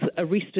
arrested